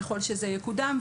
ככל שזה יקודם,